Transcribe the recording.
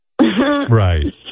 right